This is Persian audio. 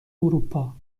اروپا